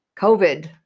COVID